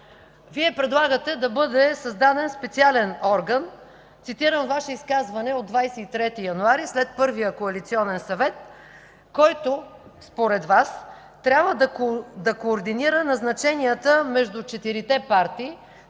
Вие предлагате да бъде създаден специален орган, цитирам Ваше изказване от 23 януари след първия коалиционен съвет, който според Вас „трябва да координира назначенията между четирите партии,